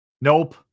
Nope